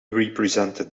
represented